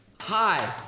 Hi